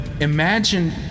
imagine